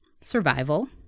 survival